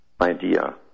idea